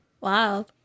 Wow